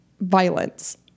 violence